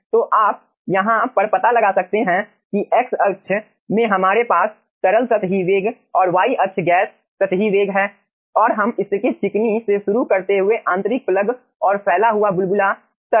तो आप यहाँ पर पता कर सकते हैं कि x अक्ष में हमारे पास तरल सतही वेग और y अक्ष गैस सतही वेग है और हम स्तरीकृत चिकनी से शुरू करते हुए आंतरायिक प्लग और फैला हुआ बुलबुला तक